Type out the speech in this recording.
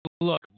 Look